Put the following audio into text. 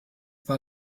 war